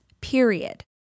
period